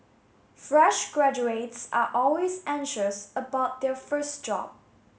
fresh graduates are always anxious about their first job